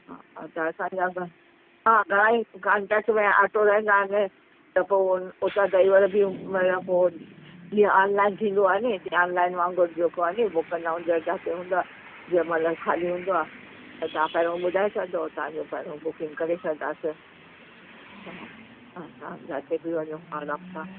हा त असांजा त हा घणेई कॉंटेक्ट में ऑटो रहंदा आहिनि त पोइ हुतां ड्राइवर बि मतलबु उहो जीअं ऑनलाइन थींदो आहे न ऑनलाइन वांगूर जेको आहे न बुक कंदा आहियूं जिते हूंदो आहे जीअं मतलबु ख़ाली हूंदो आहे त तव्हां पहिरों ॿुधाए छॾिजो तव्हांजो पहिरों बुकिंग करे छॾंदासीं हा हा जिते बि वञो आराम सां